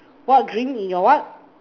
what drink in your what